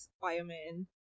Fireman